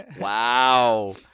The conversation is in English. Wow